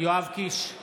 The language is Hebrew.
יואב קיש,